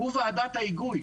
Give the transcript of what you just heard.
הוא ועדת ההיגוי.